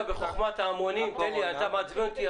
כרגע אין לנו אלא ואנחנו המחוקקים הפרשנות של המשרד.